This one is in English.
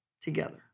together